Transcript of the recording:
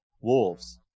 wolves